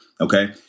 Okay